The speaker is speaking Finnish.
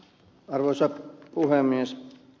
arvoisa puhemies